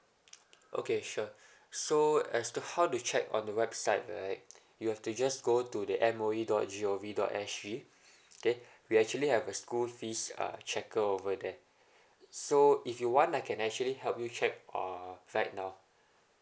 okay sure so as to how to check on the website right you have to just go to the M O E dot g o v dot s g there we actually have a school fees uh checker over there so if you want I can actually help you checked uh right now